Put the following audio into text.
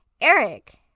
Eric